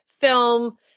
film